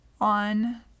on